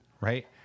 Right